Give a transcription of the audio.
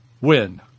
win